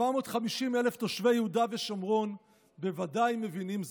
450,000 תושבי יהודה ושומרון בוודאי מבינים זאת.